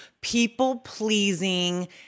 people-pleasing